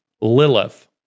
Lilith